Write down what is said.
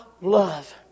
love